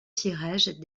tirages